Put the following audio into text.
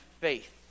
faith